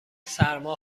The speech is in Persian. سرما